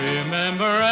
Remember